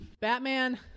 batman